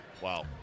Wow